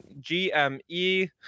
GME